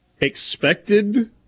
expected